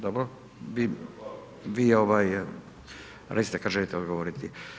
Dobro, vi recite kad želite odgovoriti.